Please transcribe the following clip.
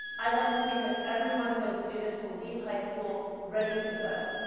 i like to think that everyone of those students will leave high school ready to vote,